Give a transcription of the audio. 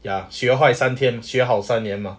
ya 学坏三天学好三年 mah